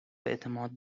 اعتماد